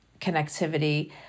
connectivity